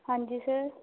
ਹਾਂਜੀ ਸਰ